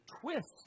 twist